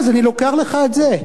אז אני לוקח לך את זה.